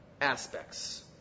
aspects